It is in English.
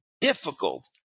difficult